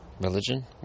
Religion